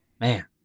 man